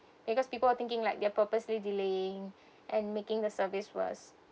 because people are thinking like they're purposely delaying and making the service worse